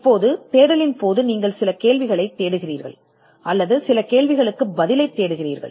இப்போது தேடலின் போது நீங்கள் சில கேள்விகளைத் தேடுகிறீர்கள் அல்லது சில கேள்விகளுக்கான பதில்களைத் தேடுகிறீர்கள்